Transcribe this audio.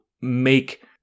make